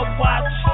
watch